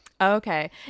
Okay